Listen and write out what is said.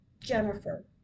Jennifer